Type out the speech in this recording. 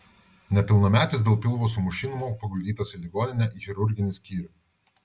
nepilnametis dėl pilvo sumušimo paguldytas į ligoninę į chirurginį skyrių